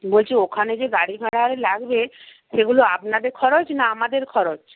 বলছি ওখানে যে গাড়িভাড়া আরে লাগবে সেগুলো আপনাদের খরচ না আমাদের খরচ